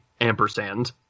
ampersand